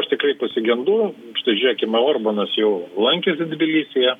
aš tikrai pasigendu šita žiūrėkim orbanas jau lankėsi tbilisyje